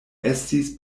estis